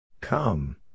Come